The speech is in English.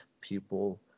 people